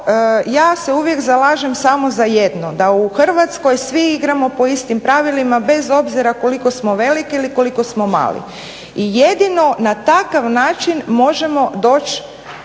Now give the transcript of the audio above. ja se uvijek zalažem samo za jedno, da u Hrvatskoj svi igramo po istim pravilima bez obzira koliko smo veliki ili koliko smo mali i jedino na takav način možemo doći